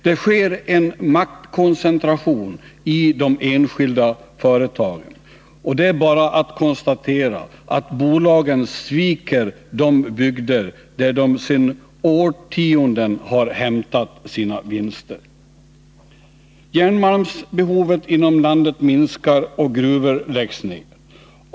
Det sker en maktkoncentration i de enskilda företagen. Det är bara att konstatera att bolagen sviker de bygder där de sedan årtionden har hämtat sina vinster. Järnmalmsbehovet inom landet minskar, och gruvor läggs ned.